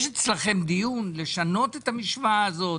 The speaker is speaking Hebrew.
יש אצלכם דיון לשנות את המשוואה הזאת?